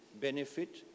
benefit